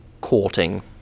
courting